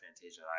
Fantasia